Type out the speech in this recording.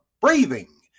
breathing